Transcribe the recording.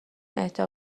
اهدا